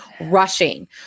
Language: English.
rushing